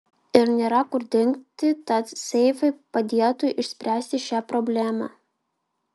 ir nėra kur dingti tad seifai padėtų išspręsti šią problemą